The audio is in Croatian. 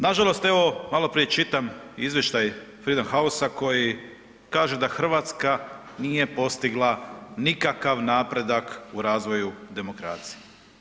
Nažalost, evo maloprije čitam izvještaj Freedom House koji kaže da Hrvatska nije postigla nikakav napredak u razvoju demokracije.